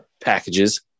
packages